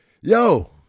Yo